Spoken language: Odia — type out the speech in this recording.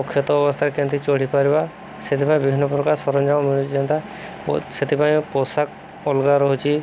ଅକ୍ଷତ ଅବସ୍ଥାରେ କେମିତି ଚଢ଼ିପାରିବା ସେଥିପାଇଁ ବିଭିନ୍ନ ପ୍ରକାର ସରଞ୍ଜାମ ମିଳୁଛି ଯେନ୍ତା ସେଥିପାଇଁ ପୋଷାକ ଅଲଗା ରହୁଛି